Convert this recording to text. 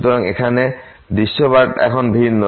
সুতরাং এখানে দৃশ্যপট এখন ভিন্ন